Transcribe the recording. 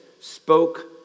spoke